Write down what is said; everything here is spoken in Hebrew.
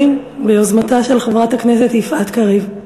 ביוזמתה של חברת הכנסת יפעת קריב,